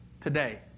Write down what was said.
today